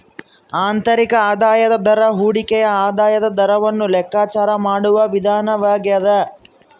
ಆಂತರಿಕ ಆದಾಯದ ದರ ಹೂಡಿಕೆಯ ಆದಾಯದ ದರವನ್ನು ಲೆಕ್ಕಾಚಾರ ಮಾಡುವ ವಿಧಾನವಾಗ್ಯದ